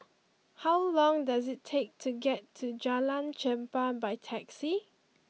how long does it take to get to Jalan Chempah by taxi